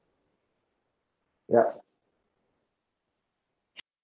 yup